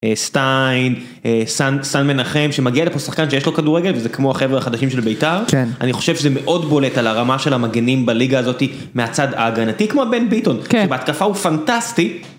סטיין, סן מנחם, שמגיע לפה שחקן שיש לו כדורגל, וזה כמו החברה החדשים של בית"ר, אני חושב שזה מאוד בולט על הרמה של המגנים בליגה הזאת מהצד ההגנתי כמו בן ביטון. בהתקפה הוא פנטסטי.